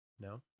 No